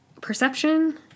perception